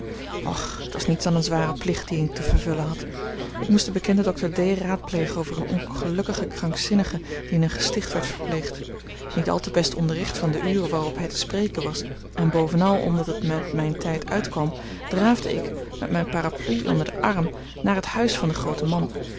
och het was niets dan een zware plicht dien ik te vervullen had ik moest den bekenden dokter d raadplegen over eene ongelukkige krankzinnige die in een gesticht werd verpleegd niet al te best onderricht van de uren waarop hij te spreken was en bovenal omdat het met mijn tijd uitkwam draafde ik met mijne parapluie onder den arm naar het huis van den grooten man